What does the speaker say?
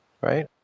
right